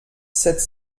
sept